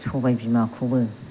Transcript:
सबाइ बिमाखौबो